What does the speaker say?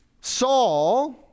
Saul